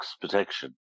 protection